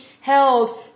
held